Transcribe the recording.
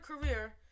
career